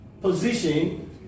position